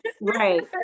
Right